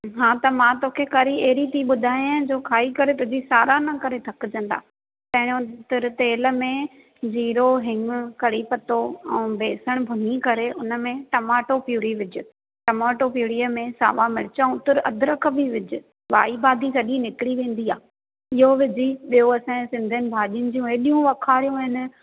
हा त मां तो खे कढ़ी अहिड़ी थी ॿुधायां जो खाई करे तुंहिंजी सारहना करे थकिजंदा पहिड़ो तुर तेल में जीरो हिंग कढ़ी पतो ऐं बेसन भुञी करे हुन में टमाटो प्यूरी विझ टमाटो प्यूरीअ में सावा मिर्च ऐं तुर अद्रक बि विझ वाई बादी सॼी निकिरी वेंदी आहे इहो विझी ॿियो असांजी सिंधियुनि भाॼियुनि जूं अहिॾियूं आखाड़ियूं आहिनि